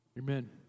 Amen